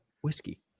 whiskey